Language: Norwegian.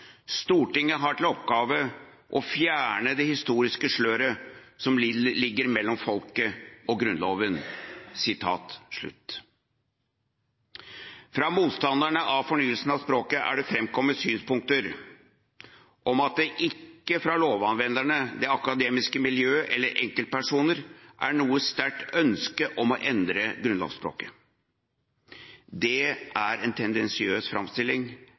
Stortinget har til oppgave å fjerne det historiske sløret som ligger mellom folket og Grunnloven. Fra motstanderne av fornyelsen av språket er det framkommet synspunkter om at det ikke – fra verken lovanvenderne, det akademiske miljø eller enkeltpersoner – er noe sterkt ønske om å endre grunnlovsspråket. Det er en tendensiøs framstilling,